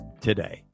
today